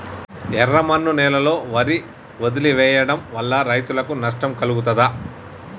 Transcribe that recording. ఎర్రమన్ను నేలలో వరి వదిలివేయడం వల్ల రైతులకు నష్టం కలుగుతదా?